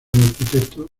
arquitecto